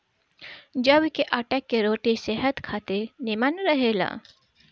जव के आटा के रोटी सेहत खातिर निमन रहेला